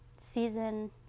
season